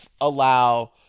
allow